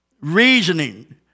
reasoning